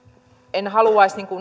en haluaisi